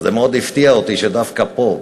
אז מאוד הפתיע אותי שדווקא פה,